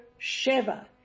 Sheva